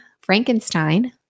Frankenstein